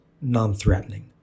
non-threatening